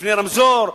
לפני רמזור,